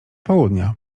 południa